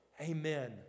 amen